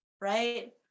right